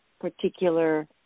particular